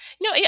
No